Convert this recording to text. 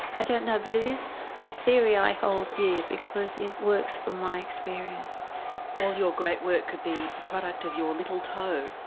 i don't know, but it is a theory i hold dear because it works from my experience. all ah your great work could be a product of your little toe.